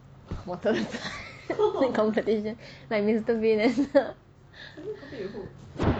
water the plants the competition like mister bean and the